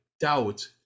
doubt